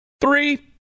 Three